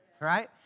right